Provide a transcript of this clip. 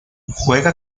juega